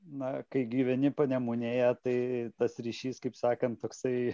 na kai gyveni panemunėje tai tas ryšys kaip sakant toksai